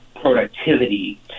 productivity